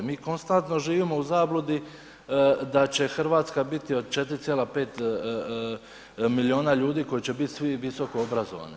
Mi konstantno živim u zabludi da će Hrvatska biti od 4,5 milijuna ljudi koji će bit svi visokoobrazovani.